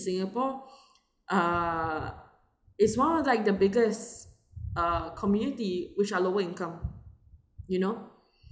singapore uh is one of like the biggest uh community which are lower income you know